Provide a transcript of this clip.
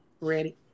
Ready